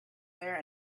there